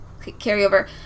carryover